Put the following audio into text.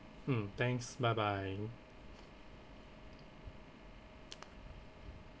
mm thanks bye bye